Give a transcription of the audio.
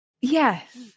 yes